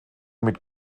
mit